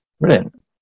Brilliant